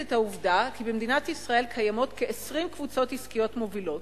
את העובדה כי במדינת ישראל קיימות כ-20 קבוצות עסקיות מובילות,